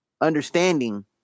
understanding